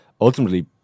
ultimately